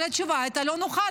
אבל התשובה הייתה לא נוחה,